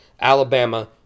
Alabama